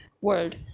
world